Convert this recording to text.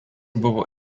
buvo